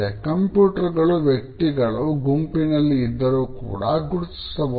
ಕಂಪ್ಯೂಟರ್ಗಳು ವ್ಯಕ್ತಿಗಳು ಗುಂಪಿನಲ್ಲಿ ಇದ್ದರು ಕೂಡ ಗುರುತಿಸಬಹುದು